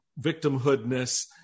victimhoodness